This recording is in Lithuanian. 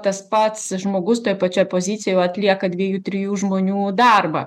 tas pats žmogus toj pačioj pozicijoj jau atlieka dviejų trijų žmonių darbą